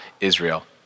Israel